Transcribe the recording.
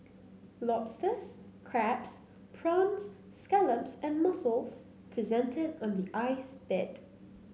lobsters crabs prawns scallops and mussels presented on the ice bed